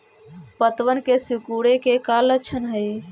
पत्तबन के सिकुड़े के का लक्षण हई?